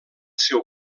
seu